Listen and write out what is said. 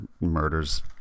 murders